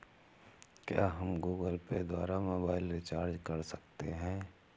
क्या हम Google Pay द्वारा मोबाइल रिचार्ज कर सकते हैं?